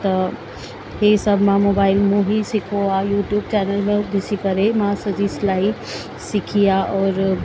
त इहे सभु मां मोबाइल मां ई सिखियो आहे यूट्यूब चैनल मां ॾिसी करे मां सॼी सिलाई सिखी आहे और